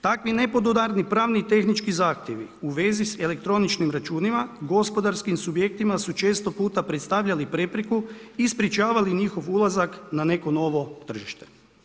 Takvi nepodudarni pravni i tehnički zahtjevi u vezi sa elektroničnim računima, gospodarskim subjektima su često puta predstavljali prepreku i sprječavali njihov ulazak na neko novo tržište.